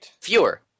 fewer